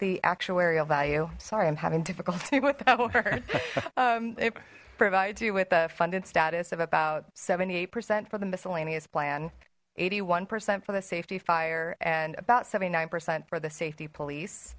the actuarial value sorry i'm having difficulty with it provides you with a funded status of about seventy eight percent for the miscellaneous plan eighty one percent for the safety fire and about seventy nine percent for the safety police